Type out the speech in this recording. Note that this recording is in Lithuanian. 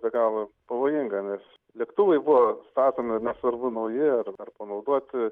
be galo pavojinga nes lėktuvai buvo statomi nesvarbu nauji ar ar panaudoti